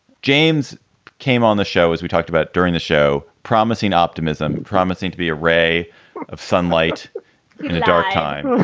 james came on the show, as we talked about during the show, promising optimism, promising to be a ray of sunlight, a dark time,